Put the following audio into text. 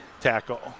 tackle